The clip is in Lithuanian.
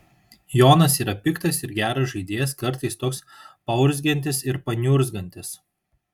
jonas yra piktas ir geras žaidėjas kartais toks paurzgiantis ir paniurzgantis